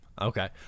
Okay